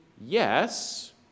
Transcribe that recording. yes